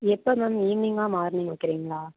எப்போ மேம் ஈவ்னிங்கா மார்னிங் வைக்கிறீங்களா